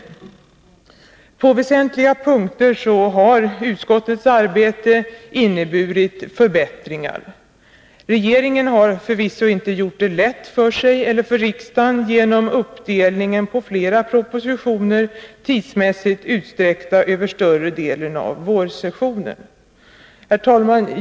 På väsentliga punkter har utskottets arbete inneburit förbättringar. Regeringen har förvisso inte gjort det lätt för sig eller för riksdagen genom uppdelningen på flera propositioner, tidsmässigt utsträckta över större delen av vårsessionen. Herr talman!